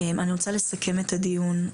אני רוצה לסכם את הדיון.